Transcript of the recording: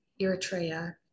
Eritrea